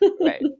right